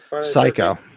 Psycho